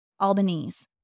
Albanese